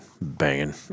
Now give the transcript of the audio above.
banging